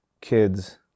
kids